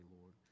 Lord